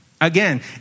Again